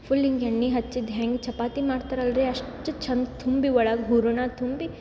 full ಹಿಂಗೆ ಎಣ್ಣೆ ಹಚ್ಚಿದ ಹೆಂಗೆ ಚಪಾತಿ ಮಾಡ್ತರಲ್ರಿ ಅಷ್ಟು ಚಂದ ತುಂಬಿ ಒಳಗೆ ಹೂರಣ ತುಂಬಿ